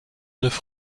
neuf